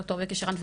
דוקטור ויקי שירן,